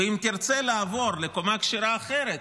ואם תרצה לעבור לקומה כשרה אחרת,